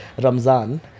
Ramzan